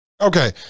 okay